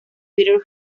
peter